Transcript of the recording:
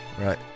Right